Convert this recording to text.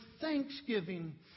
thanksgiving